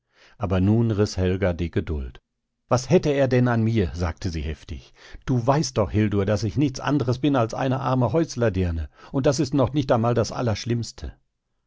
aber nun riß helga die geduld was hätte er denn an mir sagte sie heftig du weißt doch hildur daß ich nichts andres bin als eine arme häuslerdirne und das ist noch nicht einmal das allerschlimmste